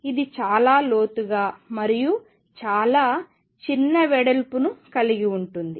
ఇది చాలా లోతుగా మరియు చాలా చిన్న వెడల్పును కలిగి ఉంటుంది